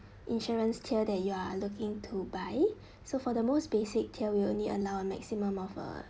insurance tier that you are looking to buy so for the most basic tier will only allow a maximum of a